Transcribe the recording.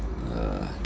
uh